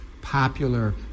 popular